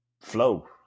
flow